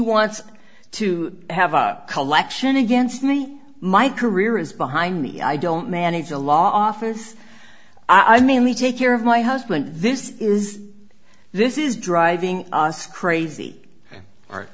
wants to have a collection against me my career is behind me i don't manage a law office i mean we take care of my husband this is this is driving us crazy